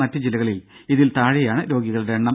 മറ്റ് ജില്ലകളിൽ ഇതിൽ താഴെയാണ് രോഗികളുടെ എണ്ണം